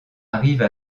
arrive